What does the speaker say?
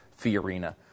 Fiorina